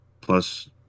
plus